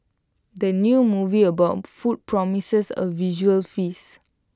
the new movie about food promises A visual feast